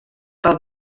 pel